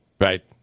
right